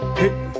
hey